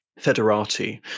federati